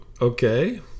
okay